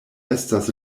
estas